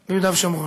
אחד ביהודה ושומרון.